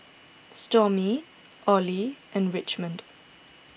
Stormy Olie and Richmond